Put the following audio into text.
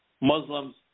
Muslims